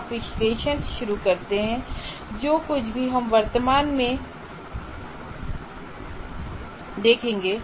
आप विश्लेषण से शुरू करते हैं जो कुछ भी हम वर्तमान में देखेंगे